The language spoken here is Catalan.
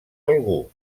algú